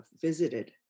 visited